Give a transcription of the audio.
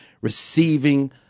receiving